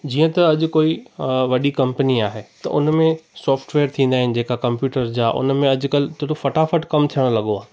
जीअं त अॼु कोई वॾी कंपनी आहे त उन में सॉफ्टवेयर थींदा आहिनि जेका कंप्यूटर जा उन में अॼुकल्ह छोजो फटाफट कमु थियण लॻो आहे